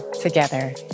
together